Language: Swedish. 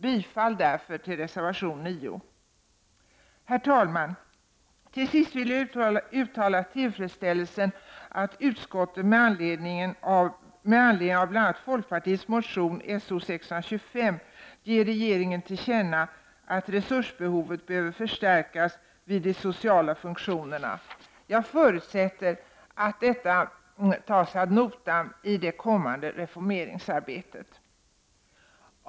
Jag yrkar därför bifall till reservation 9. Herr talman! Vidare vill jag uttala tillfredsställelsen över att utskottet med anledning av bl.a. folkpartiets motion So625 ger regeringen till känna vad som anförts om förstärkningar för att tillgodose resursbehovet vid de sociala funktionerna vid länsstyrelserna. Jag förutsätter att detta tas ad notam i det kommande reformeringsarbetet.